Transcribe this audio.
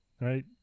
right